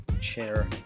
chair